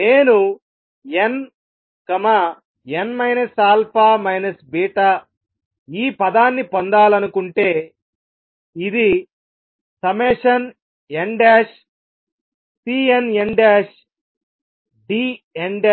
నేను nn α β ఈ పదాన్ని పొందాలనుకుంటే ఇది nCnnDnn α βeinnnn